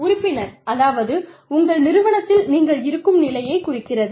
உறுப்பினர் அதாவது உங்கள் நிறுவனத்தில் நீங்கள் இருக்கும் நிலையைக் குறிக்கிறது